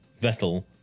Vettel